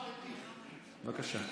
בבקשה.